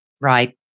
Right